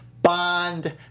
Bond